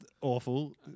awful